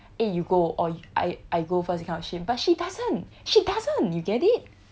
eh you go or I I go first that kind of shit but she doesn't she doesn't you get it